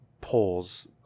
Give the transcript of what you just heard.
polls